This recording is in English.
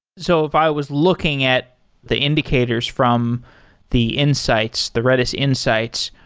so if i was looking at the indicators from the insights, the redis insights,